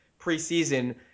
preseason